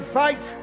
fight